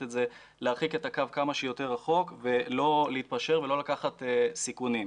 להרחיק את הקו כמה שיותר רחוק ולא להתפשר ולא לקחת סיכונים.